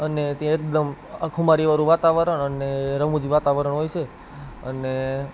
અને તે એકદમ ખુમારીવાળું વાતાવરણ અને રમૂજી વાતાવરણ હોય છે અને